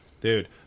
Dude